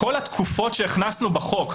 לגבי התקופות שהכנסנו בחוק,